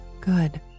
good